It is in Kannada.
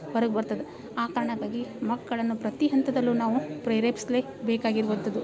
ಹೊರಗೆ ಬರ್ತದೆ ಆ ಕಾರಣಕ್ಕಾಗಿ ಮಕ್ಕಳನ್ನು ಪ್ರತಿ ಹಂತದಲ್ಲೂ ನಾವು ಪ್ರೇರೆಪಿಸ್ಲೇ ಬೇಕಾಗಿರುವಂಥದ್ದು